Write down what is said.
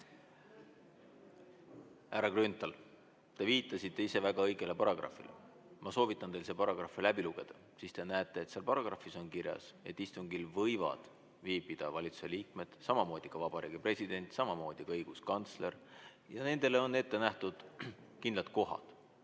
Härra Grünthal, te viitasite ise väga õigele paragrahvile. Ma soovitan teil see paragrahv läbi lugeda. Siis te näete, et seal paragrahvis on kirjas, et istungil võivad viibida valitsuse liikmed, samamoodi ka Vabariigi President, samamoodi ka õiguskantsler. Nendele on ette nähtud kindlad kohad.